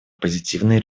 позитивные